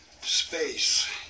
Space